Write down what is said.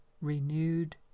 renewed